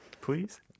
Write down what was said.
please